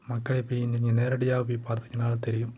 மக்களை போய் நீங்கள் நேரடியாக போய் பார்த்திங்கன்னாலே தெரியும்